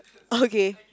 okay